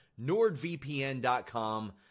NordVPN.com